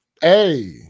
Hey